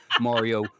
mario